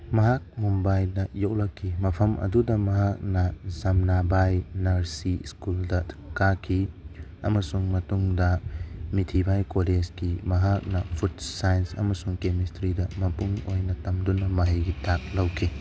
ꯃꯍꯥꯛ ꯃꯨꯝꯕꯥꯏꯗ ꯌꯣꯛꯂꯛꯈꯤ ꯃꯐꯝ ꯑꯗꯨꯗ ꯃꯍꯥꯛꯅ ꯖꯝꯅꯕꯥꯏ ꯅꯔꯁꯤ ꯁ꯭ꯀꯨꯜꯗ ꯀꯥꯈꯤ ꯑꯃꯁꯨꯡ ꯃꯇꯨꯡꯗ ꯃꯤꯊꯤꯕꯥꯏ ꯀꯣꯂꯦꯖꯀꯤ ꯃꯍꯥꯛꯅ ꯐꯨꯠꯁ ꯁꯥꯏꯟꯁ ꯑꯃꯁꯨꯡ ꯀꯦꯃꯦꯁꯇ꯭ꯔꯤꯗ ꯃꯄꯨꯡ ꯑꯣꯏꯅ ꯇꯝꯗꯨꯅ ꯃꯍꯩꯒꯤ ꯊꯥꯛ ꯂꯧꯈꯤ